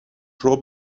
ربع